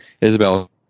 Isabel